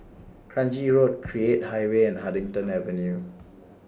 Kranji Road Create High Way and Huddington Avenue